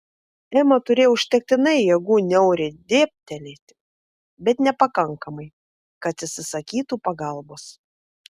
ema turėjo užtektinai jėgų niauriai dėbtelėti bet nepakankamai kad atsisakytų pagalbos